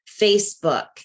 Facebook